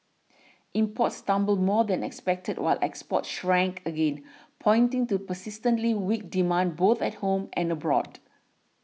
imports tumbled more than expected while exports shrank again pointing to persistently weak demand both at home and abroad